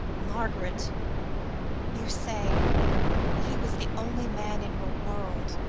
margaret you say he was the only man in your world.